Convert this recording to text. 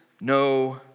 no